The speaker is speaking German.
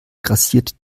grassiert